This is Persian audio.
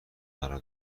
قرار